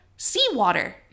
Seawater